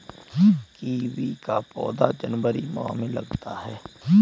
kiwi का पौधा जनवरी माह में लगाते हैं